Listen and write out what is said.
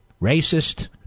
Racist